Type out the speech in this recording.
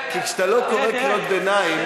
כי כשאתה לא קורא קריאות ביניים,